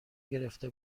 گرفته